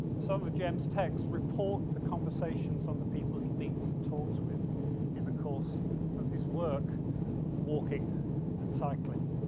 some of jem's text report the conversations on the people he meets and talks with in the course of his work walking and cycling.